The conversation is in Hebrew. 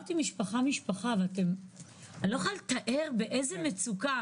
עברתי משפחה ומשפחה ואני לא יכולה לתאר את המצוקות.